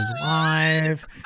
live